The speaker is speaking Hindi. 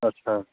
अच्छा